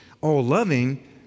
all-loving